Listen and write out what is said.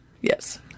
Yes